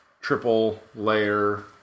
triple-layer